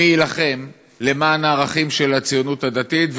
מי יילחם למען הערכים של הציונות הדתית,